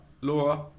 Laura